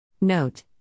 Note